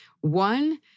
One